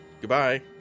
Goodbye